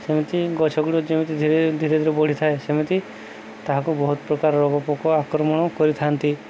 ସେମିତି ଗଛଗୁଡ଼ିକ ଯେମିତି ଧୀରେ ଧୀରେ ଧୀରେ ବଢ଼ିଥାଏ ସେମିତି ତାହାକୁ ବହୁତ ପ୍ରକାର ରୋଗ ପୋକ ଆକ୍ରମଣ କରିଥାନ୍ତି